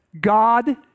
God